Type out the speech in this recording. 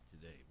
today